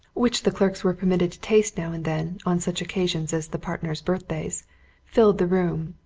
which the clerks were permitted taste now and then, on such occasions as the partners' birthdays filled the room.